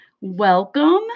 Welcome